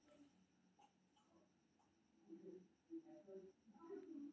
खाता सभक चार्ट कोनो कंपनी के सामान्य खाता बही मे सब वित्तीय खाताक सूचकांक होइ छै